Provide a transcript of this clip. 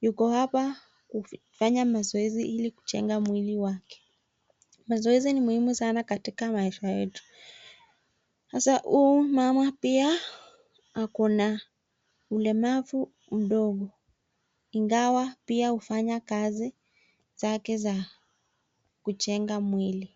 Yuko hapa kufanya mazoezi ili kujenga mwili wake. Mazoezi ni muhimu sana katika maisha yetu. Sasa huyu mama pia ako na ulemavu mdogo, ingawa pia hufanya kazi zake za kujenga mwili.